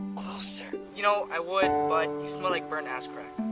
closer. you know, i would, but you smell like burnt ass crack.